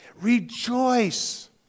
Rejoice